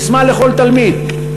"ססמה לכל תלמיד"